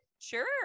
sure